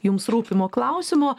jums rūpimo klausimo